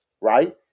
right